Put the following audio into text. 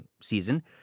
season